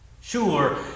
Sure